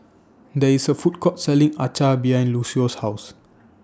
There IS A Food Court Selling Acar behind Lucio's House